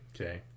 Okay